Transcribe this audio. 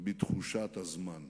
בתחושת הזמן,